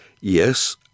Yes